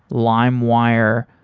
limewire,